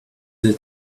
the